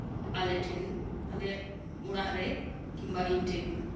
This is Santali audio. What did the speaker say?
ᱟᱞᱮᱴᱷᱮᱱ ᱟᱞᱮᱭᱟᱜ ᱚᱲᱟᱜ ᱨᱮ ᱠᱤᱱᱵᱟ ᱤᱧ ᱴᱷᱮᱱᱦᱚᱸ